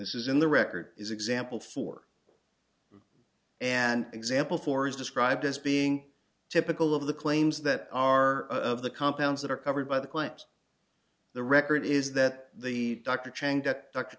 this is in the record is example for an example four is described as being typical of the claims that are of the compounds that are covered by the claims the record is that the dr chang that dr